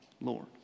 lord